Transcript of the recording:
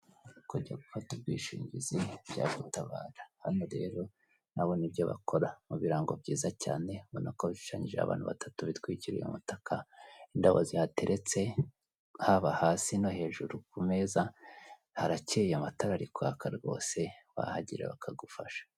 Kujya gufata ubwishingizi byagutabara hano rero nabo nibyo bakora mu birango byiza cyane ubona ko bishushanyijeho abantu batatu bitwikiriye umutaka, indabo zihateretse haba hasi no hejuru ku meza harakeye, amatara ari kwaka rwose wahagera bakagufasha.